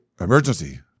emergency